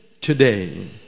today